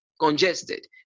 congested